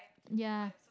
ya